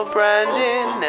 Brandon